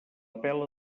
pela